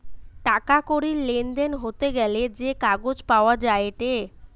টাকা কড়ির লেনদেন হতে গ্যালে যে কাগজ পাওয়া যায়েটে